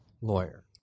lawyer